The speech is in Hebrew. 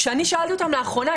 כשאני שאלתי אותם לאחרונה,